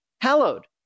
hallowed